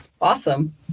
awesome